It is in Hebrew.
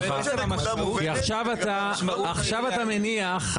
כי עכשיו אתה מניח,